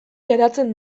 geratzen